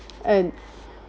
and